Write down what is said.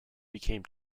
became